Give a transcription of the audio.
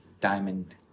Diamond